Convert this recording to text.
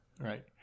right